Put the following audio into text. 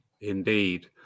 indeed